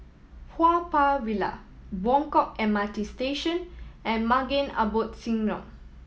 Haw Par Villa Buangkok M R T Station and Maghain Aboth Synagogue